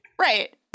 Right